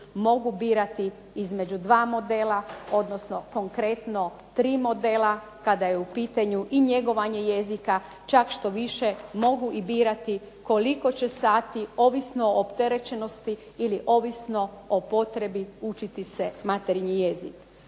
mogu birati između 2 modela, odnosno konkretno 3 modela kada je u pitanju i njegovanje jezika čak štoviše mogu i birati koliko će sati ovisno o opterećenosti ili ovisno o potrebi učiti materinji jezik.